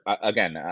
Again